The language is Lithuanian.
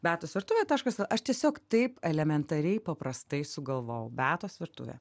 beatos virtuvė taškas aš tiesiog taip elementariai paprastai sugalvojau beatos virtuvė